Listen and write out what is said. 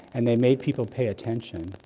and they made people pay attention.